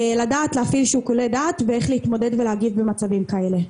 לדעת להפעיל שיקולי דעת ואיך להתמודד ולהגיב במצבים כאלה.